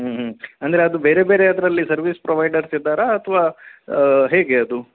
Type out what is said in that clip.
ಹ್ಞೂ ಹ್ಞೂ ಅಂದರೆ ಅದು ಬೇರೆ ಬೇರೆ ಅದರಲ್ಲಿ ಸರ್ವಿಸ್ ಪ್ರೊವೈಡರ್ಸ್ ಇದ್ದಾರಾ ಅಥ್ವಾ ಹೇಗೆ ಅದು